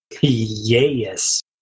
Yes